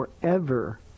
forever